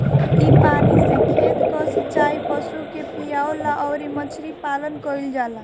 इ पानी से खेत कअ सिचाई, पशु के पियवला अउरी मछरी पालन कईल जाला